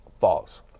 false